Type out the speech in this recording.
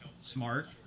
Smart